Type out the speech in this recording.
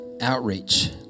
outreach